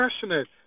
passionate